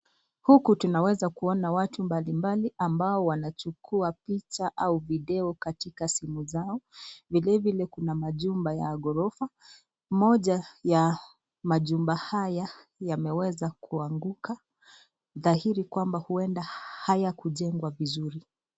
Huku tunaweza kuona watu mbali mbali ambao wanachukua picha au video katika simu zao. Vile vile kuna majumba ya ghorofa. Moja ya majumba haya yameweza kuanguka, dhahiri kwamba huenda hayakujengwa vizuri.